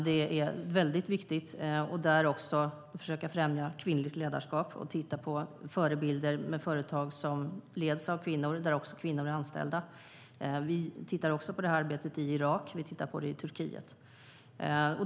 Det är väldigt viktigt att där försöka främja kvinnligt ledarskap och titta på förebilder i företag som leds av kvinnor och där kvinnor också är anställda. Vi tittar också på det här arbetet i Irak och i Turkiet.